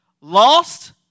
Lost